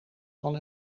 van